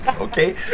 okay